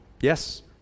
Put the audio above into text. Yes